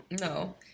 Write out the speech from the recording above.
no